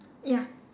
ya